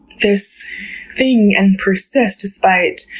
this thing and persist despite